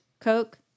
Coke